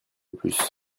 plus